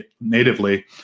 natively